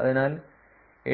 അതിനാൽ